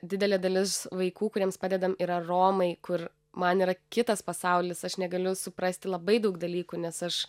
didelė dalis vaikų kuriems padedam yra romai kur man yra kitas pasaulis aš negaliu suprasti labai daug dalykų nes aš